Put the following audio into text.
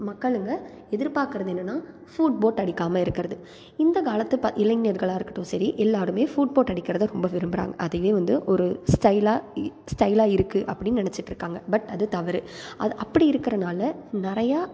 மக்கள் அங்கே எதிர்ப்பாக்கிறது என்னென்னா ஃபூட்போட் அடிக்காமல் இருக்கிறது இந்த காலத்து ப இளைஞர்களாக இருக்கட்டும் சரி எல்லாரும் ஃபூட்போட் அடிக்கிறதை ரொம்ப விரும்புகிறாங்க அதுவே வந்து ஒரு ஸ்டைலாக இ ஸ்டைலாக இருக்குது அப்படின்னு நினச்சிட்டு இருக்காங்க பட் அது தவறு அது அப்படி இருக்கிறனால நிறையா